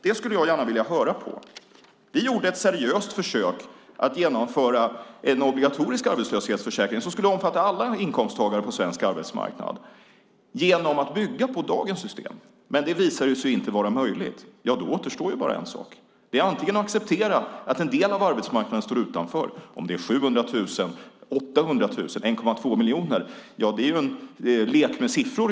Det skulle jag gärna vilja höra. Vi gjorde ett seröst försök att genomföra en obligatorisk arbetslöshetsförsäkring som skulle omfatta alla inkomsttagare på svensk arbetsmarknad genom att bygga på dagens system. Det visade sig inte vara möjligt. Då återstår bara en sak. Det är att antingen acceptera att en del av arbetsmarknaden står utanför; om det är 700 000, 800 000 eller 1,2 miljoner är i någon mening en lek med siffror.